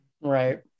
Right